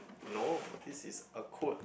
no this is a quote